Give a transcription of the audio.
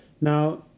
Now